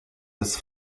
des